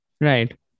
Right